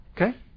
Okay